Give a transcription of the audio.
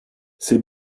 c’est